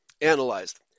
analyzed